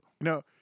no